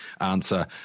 Answer